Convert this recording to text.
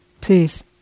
please